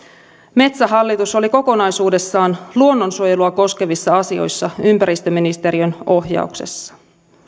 metsähallitus oli kokonaisuudessaan luonnonsuojelua koskevissa asioissa ympäristöministeriön ohjauksessa